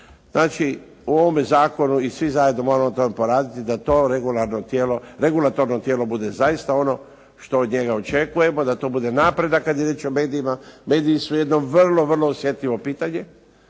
Znači, u ovome zakonu i svi zajedno moramo na tome poraditi da to regulatorno tijelo bude zaista ono što od njega očekujemo, da to bude napredak kad je riječ o medijima. Mediji su jedno vrlo, vrlo osjetljivo pitanje